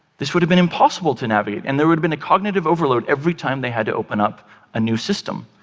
this would have been impossible to navigate and there would have been a cognitive overload every time they had to open up a new system.